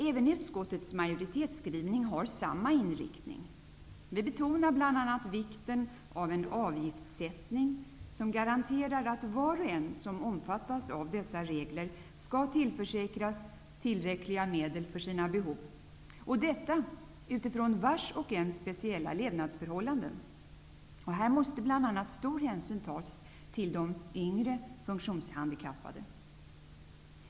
Även utskottets majoritetsskrivning har samma inriktning. Vi betonar bl.a. vikten av en avgiftssättning som garanterar att var och en som omfattas av dessa regler skall tillförsäkras tillräckliga medel för sina behov -- och detta utifrån vars och ens speciella levnadsförhållanden. Här måste bl.a. stor hänsyn tas till de yngre funktionshandikappade.